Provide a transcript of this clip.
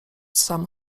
sam